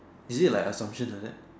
is it like Assumption like that